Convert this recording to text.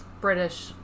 British